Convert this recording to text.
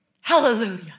Hallelujah